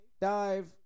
dive